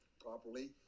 properly